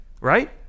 right